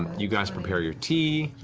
you guys prepare your tea.